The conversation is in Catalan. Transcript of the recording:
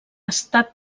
estat